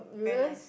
very nice